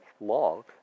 long